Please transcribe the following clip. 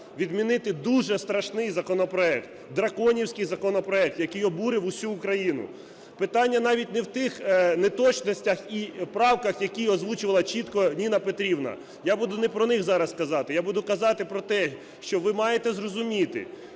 відмінити дуже страшний законопроект – драконівський законопроект, який обурив усю Україну. Питання навіть не в тих неточностях і правках, які озвучувала чітко Ніна Петрівна. Я буду не про них зараз казати, я буду казати про те, що ви маєте зрозуміти,